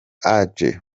adjei